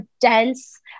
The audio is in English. dense